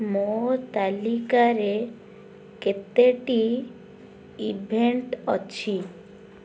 ମୋ ତାଲିକାରେ କେତୋଟି ଇଭେଣ୍ଟ୍ ଅଛି